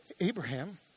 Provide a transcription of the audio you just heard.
Abraham